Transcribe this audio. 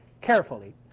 carefully